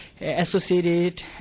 associated